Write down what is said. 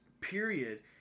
period